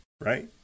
right